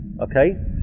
Okay